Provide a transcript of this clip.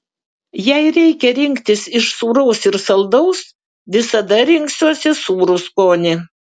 jei reikia rinktis iš sūraus ir saldaus visada rinksiuosi sūrų skonį